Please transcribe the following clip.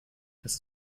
das